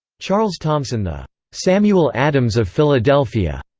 charles thomson the samuel adams of philadelphia,